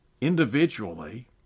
individually